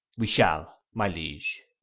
we shall, my liege